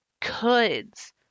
coulds